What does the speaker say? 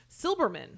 Silberman